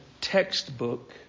textbook